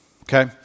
okay